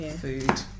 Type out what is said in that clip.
food